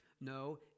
No